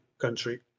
country